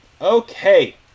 Okay